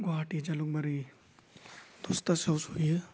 गुवाहाटि जालुगबारि दसथासोयाव सहैयो